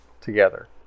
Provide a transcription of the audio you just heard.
together